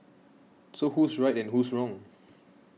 so who's right and who's wrong